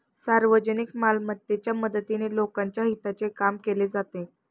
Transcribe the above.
सार्वजनिक मालमत्तेच्या मदतीने लोकांच्या हिताचे काम केले जाते